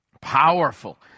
Powerful